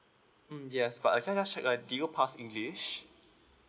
mm yes but uh can I just check like did you passed english